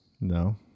no